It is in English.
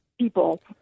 people